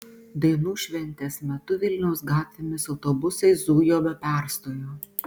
dainų šventės metu vilniaus gatvėmis autobusai zujo be perstojo